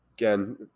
Again